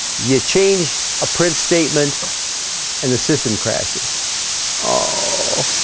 you change a print statement and the system crashes oh?